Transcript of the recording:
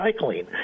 recycling